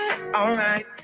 Alright